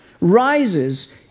rises